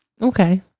Okay